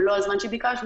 הווי אומר,